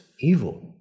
evil